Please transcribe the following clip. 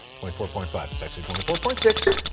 twenty four point five, it's actually twenty four point six.